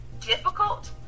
difficult